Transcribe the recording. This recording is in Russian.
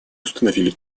установили